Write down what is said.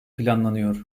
planlanıyor